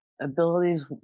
abilities